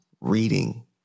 reading